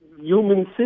human